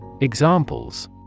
Examples